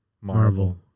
Marvel